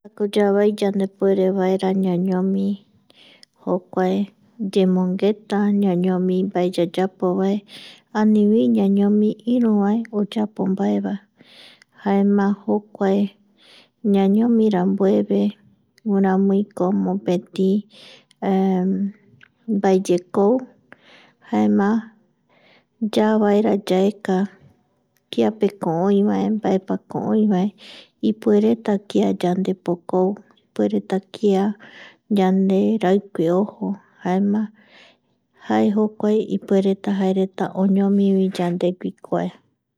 Tantako yavai yandepuerevaera ñañomi jokuae yemongeta ñañomi mbae yayapovae anivi ñañomi iruvae oyapo mbaevae jaema jokuae ñañomi rambueve guiramuiko mopeti mbaeyekou jaema yaa vaera yaeka kiapeko oivae, mbaepeko oivae ipuereta kia yandepokoi, ipuereta kia yanderaikuae ojo jaema jae jokuae ipuereta jaereta oñomivi yandegui kuae